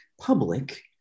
public